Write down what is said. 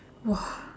!wah!